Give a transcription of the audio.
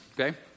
okay